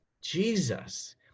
jesus